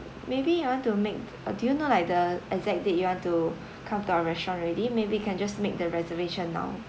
may be uh to make do you know like the exact date you want to come to our restaurant already maybe can just make the reservation now